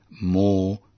more